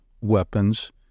weapons